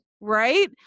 Right